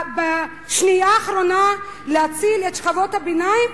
בשנייה האחרונה, להציל את שכבות הביניים?